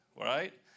right